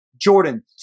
Jordan